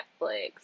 Netflix